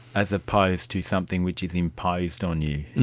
as opposed to something which is imposed on you.